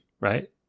right